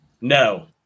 No